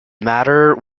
matter